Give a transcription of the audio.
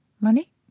Money